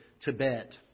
Tibet